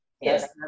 Yes